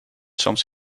soms